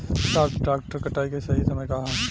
सॉफ्ट डॉ कटाई के सही समय का ह?